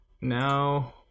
now